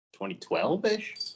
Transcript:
2012-ish